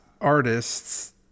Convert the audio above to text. artists